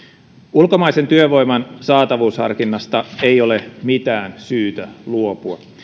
ulkomaisen työvoiman saatavuusharkinnasta ei ole mitään syytä luopua